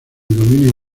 dominio